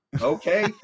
Okay